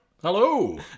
Hello